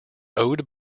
owed